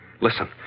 Listen